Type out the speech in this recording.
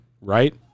Right